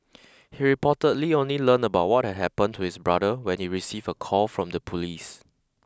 he reportedly only learned about what had happened to his brother when he received a call from the police